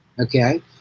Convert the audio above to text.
Okay